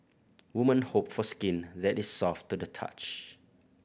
women hope for skin that is soft to the touch